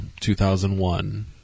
2001